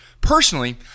Personally